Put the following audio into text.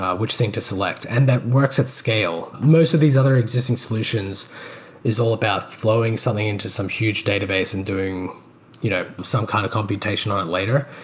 ah which thing to select. and that works at scale. most of these other existing solutions is all about flowing something into some huge database and doing you know some kind of computation on later.